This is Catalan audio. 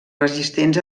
resistents